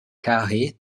carrée